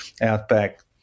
outback